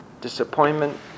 disappointment